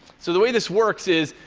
so the way this works is,